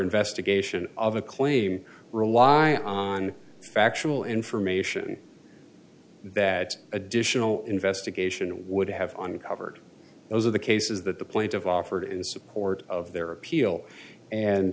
investigation of a claim rely on factual information that additional investigation would have uncovered those of the cases that the point of offered in support of their appeal and